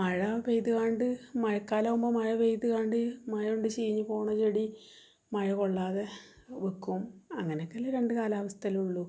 മഴ പെയ്തു കൊണ്ട് മഴക്കാലമാകുമ്പോൾ മഴ പെയ്താണ്ട് മഴകൊണ്ട് ചീഞ്ഞുപോകണ ചെടി മഴ കൊള്ളാതെ വെക്കും അങ്ങനെയൊക്കെയല്ലെ രണ്ട് കാലാവസ്ഥയല്ലെ ഉള്ളൂ